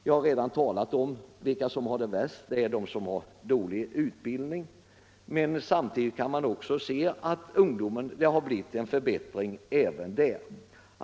Jag har redan talat om vilka som har det värst; det är de som har dålig utbildning. Men samtidigt kan man också säga att det har blivit en förbättring även för ungdomen.